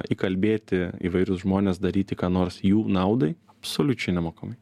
įkalbėti įvairius žmones daryti ką nors jų naudai absoliučiai nemokamai